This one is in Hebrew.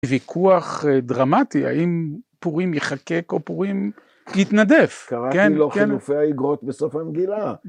וויכוח דרמטי, האם פורים יחקק או פורים יתנדף. קראתי לו חלופי האגרות בסוף המגילה.